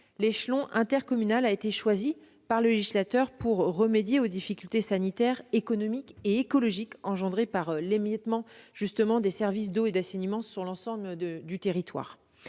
L'échelon intercommunal a été choisi par le législateur pour remédier aux difficultés sanitaires, économiques et écologiques engendrées par l'émiettement des services d'eau et d'assainissement sur l'ensemble du territoire.